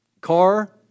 car